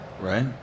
right